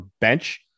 bench